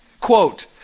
Quote